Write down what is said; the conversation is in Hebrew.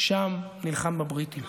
שם נלחם בבריטים.